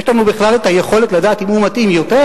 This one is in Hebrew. יש לנו בכלל את היכולת לדעת אם הוא מתאים יותר?